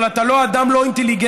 אבל אתה לא אדם לא אינטליגנטי.